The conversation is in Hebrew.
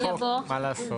מה לעשות?